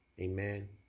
amen